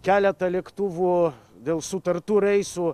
keletą lėktuvų dėl sutartų reisų